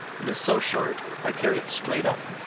it is so short i carry it straight up.